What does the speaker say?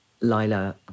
Lila